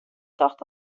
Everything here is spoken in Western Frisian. tocht